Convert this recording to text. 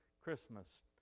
Christmas